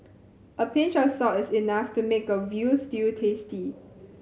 a pinch of salt is enough to make a veal stew tasty